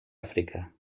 áfrica